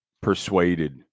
persuaded